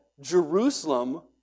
Jerusalem